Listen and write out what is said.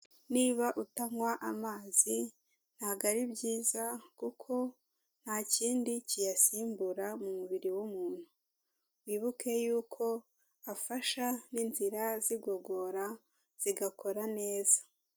Niba utanywa amazi ntabwo ari byiza, kuko nta kindi kiyasimbura mu mubiri w'umuntu, wibuke yuko afasha n'inzira z'igogora zigakora neza.